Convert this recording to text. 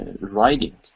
writing